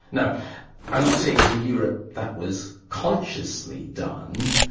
now i'm not saying that in europe that was consciously done,